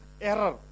error